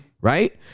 right